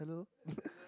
hello